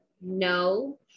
no